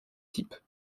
type